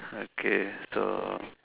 okay so